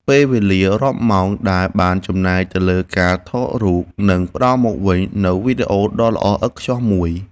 ពេលវេលារាប់ម៉ោងដែលបានចំណាយទៅលើការថតរូបភាពនឹងផ្តល់មកវិញនូវវីដេអូដ៏ល្អឥតខ្ចោះមួយ។